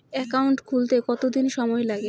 Account খুলতে কতদিন সময় লাগে?